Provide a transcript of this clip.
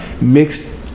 mixed